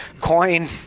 coin